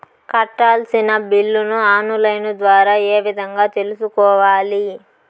కట్టాల్సిన బిల్లులు online ద్వారా ఏ విధంగా తెలుసుకోవాలి?